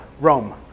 Rome